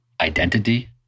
identity